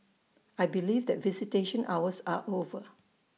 I believe that visitation hours are over